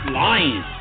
lying